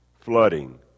flooding